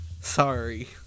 sorry